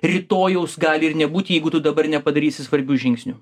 rytojaus gali ir nebūti jeigu tu dabar nepadarysi svarbių žingsnių